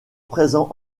présents